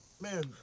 Man